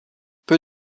peu